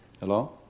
Hello